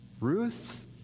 Ruth